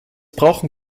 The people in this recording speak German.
brauchen